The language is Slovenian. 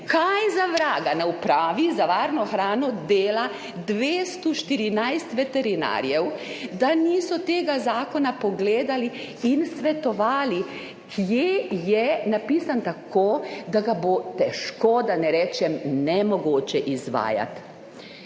in varstvo rastlin dela 214 veterinarjev, da niso tega zakona pogledali in svetovali, kje je napisan tako, da ga bo težko, da ne rečem nemogoče, izvajati.